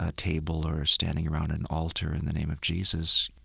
ah table or standing around an altar in the name of jesus,